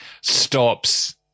stops